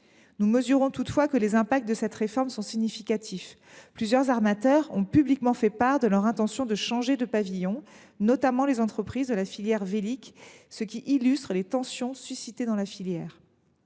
Nous mesurons toutefois combien les effets de cette réforme sont significatifs : plusieurs armateurs ont publiquement fait part de leur intention de changer de pavillon, notamment les entreprises de la filière vélique, ce qui témoigne des tensions suscitées par cette